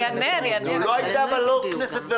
אבל לא הייתה כנסת או